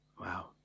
wow